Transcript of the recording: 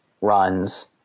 runs